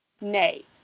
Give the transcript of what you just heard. Nay